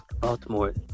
Baltimore